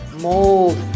Mold